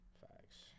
Facts